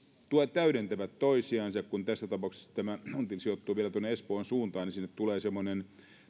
täydentävät toisiansa kun tässä tapauksessa tämä until sijoittuu vielä tuonne espoon suuntaan niin sinne tulee semmoisia